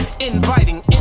inviting